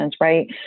right